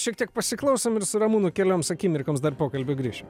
šiek tiek pasiklausom ir su ramūnu kelioms akimirkoms dar pokalbiui grįšim